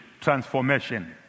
transformation